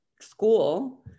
school